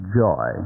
joy